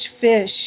fish